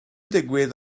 digwydd